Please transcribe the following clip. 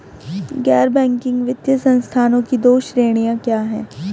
गैर बैंकिंग वित्तीय संस्थानों की दो श्रेणियाँ क्या हैं?